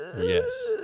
Yes